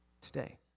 today